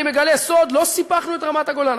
אני מגלה סוד: לא סיפחנו את רמת-הגולן.